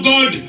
God